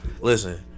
listen